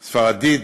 ספרדית,